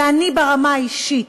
ואני ברמה האישית,